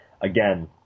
Again